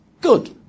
Good